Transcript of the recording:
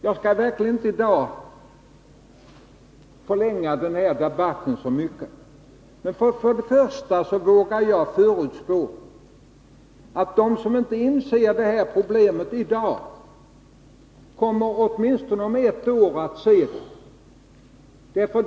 Jag skall verkligen inte förlänga debatten i dag så mycket, men jag vågar förutspå att de som inte förstår det här problemet i dag kommer att göra det åtminstone om ett år.